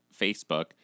Facebook